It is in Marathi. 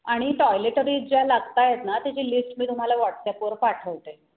आणि टॉयलेटरीज ज्या लागत आहेत ना त्याची लिस्ट मी तुम्हाला व्हॉट्सॲपवर पाठवते